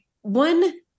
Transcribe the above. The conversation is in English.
one